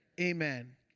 Amen